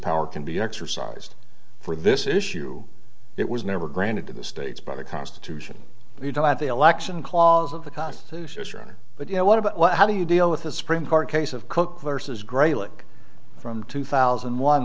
power can be exercised for this issue it was never granted to the states by the constitution you don't have the election clause of the constitution but you know what about how do you deal with a supreme court case of cook versus greylock from two thousand